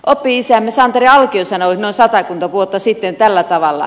oppi isämme santeri alkio sanoi noin satakunta vuotta sitten tällä tavalla